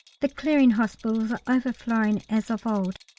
the clearing hospitals are overflowing as of old,